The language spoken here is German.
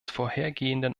vorhergehenden